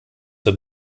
für